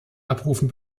abrufen